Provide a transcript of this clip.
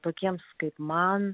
tokiems kaip man